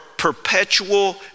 perpetual